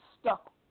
stuck